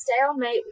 stalemate